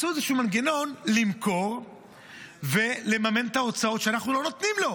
מצאו איזשהו מנגנון למכור ולממן את ההוצאות שאנחנו לא נותנים לו.